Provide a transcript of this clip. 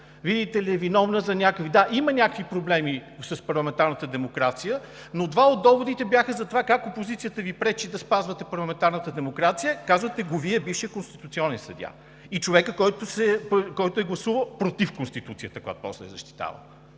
видите ли, е виновна за някакви… Да, има някакви проблеми с парламентарната демокрация, но два от доводите бяха за това, как опозицията Ви пречи да спазвате парламентарната демокрация. Казвате го Вие, бившият конституционен съдия и човекът, който е гласувал против Конституцията, която после защитава.